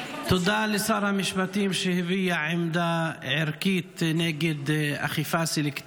היא אמרה לי שהיא לא צועקת, אמרתי לה שאני צועקת.